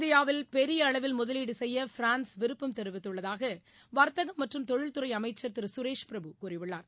இந்தியாவில் பெரிய அளவில் முதலீடு செய்ய பிரான்ஸ் விருப்பம் தெரிவித்துள்ளதாக வர்த்தகம் மற்றும் தொழில் துறை அமைச்சர் திரு சுரேஷ் பிரபு கூறியுள்ளார்